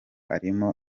arimo